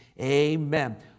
Amen